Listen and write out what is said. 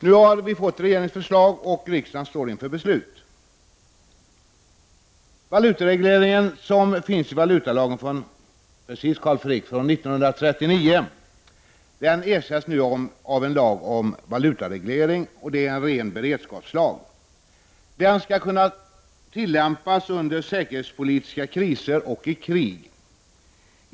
Nu har vi fått regeringens förslag, och riksdagen står inför att fatta beslut. Valutaregleringen, som återfinns i valutalagen från 1939, Carl Frick, ers av en lag om valutareglering. Det handlar om en ren beredskapslag. Denna skall kunna tillämpas under säkerhetspolitiska kriser och i krig.